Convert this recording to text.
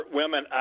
women